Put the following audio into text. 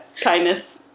Kindness